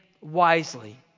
wisely